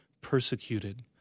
persecuted